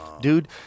Dude